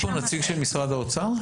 נמצא כאן נציג משרד האוצר?